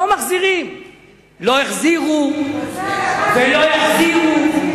לא החזירו ולא יחזירו.